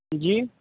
جی